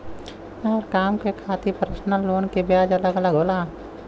हर काम के खातिर परसनल लोन के ब्याज अलग अलग होला